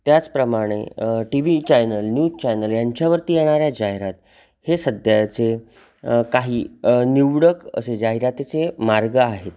त्याचप्रमाणे TV channel news channel यांच्यावरती येणाऱ्या जाहिराती हे सध्याचे काही निवडक असे जाहिरातीचे मार्ग आहेत